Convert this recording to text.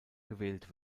gewählt